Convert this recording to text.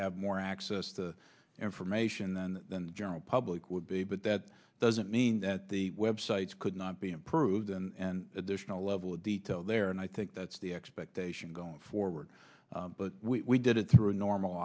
have more access to information then than the general public would be but that doesn't mean that the web sites could not be improved and additional level of detail there and i think that's the expectation going forward but we did it through a normal